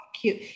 cute